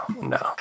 No